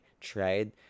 tried